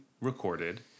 recorded